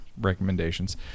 recommendations